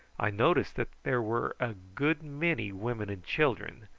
i noticed that there were a good many women and children,